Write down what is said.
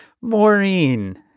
Maureen